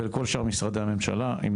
וגם כל שאר משרדי הממשלה כמו משרד הפנים.